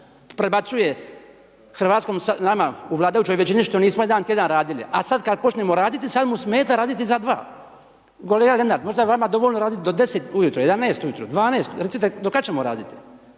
prebacuje nama u vladajućoj većini što nismo jedan tjedan radili, a sada kada počnemo raditi, sada mu smeta raditi za 2. …/Govornik se ne razumije./… možda je vama dovoljno raditi do 10 ujutro, 11 ujutro, 12, recite do kada ćemo raditi.